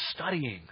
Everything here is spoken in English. studying